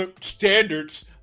standards